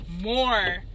more